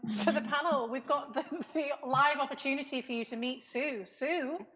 for the panel we've got the live opportunity for you to meet sue. sue,